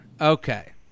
okay